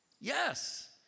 Yes